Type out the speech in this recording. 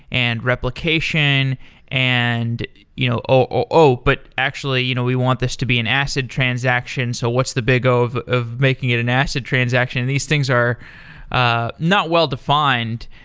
and replication and you know o, but actually you know we want this to be an acid transaction. so what's the big o of of making it an acid transaction? these things are ah not well defined.